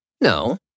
No